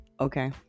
Okay